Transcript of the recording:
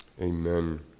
amen